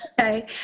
Okay